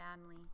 family